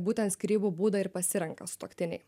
būtent skyrybų būdą ir pasirenka sutuoktiniai